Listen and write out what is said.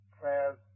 prayers